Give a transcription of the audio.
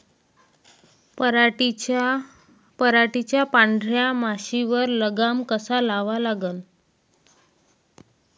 पराटीवरच्या पांढऱ्या माशीवर लगाम कसा लावा लागन?